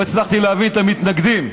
לא הצלחתי להבין את המתנגדים.